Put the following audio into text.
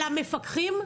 על המפקחים?